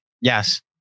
Yes